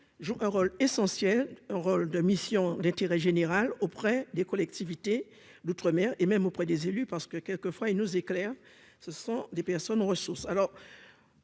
joue un rôle essentiel, un rôle de missions d'intérêt général auprès des collectivités d'outre-mer et même auprès des élus parce que quelques fois, ils nous éclairent, ce sont des personnes ressources,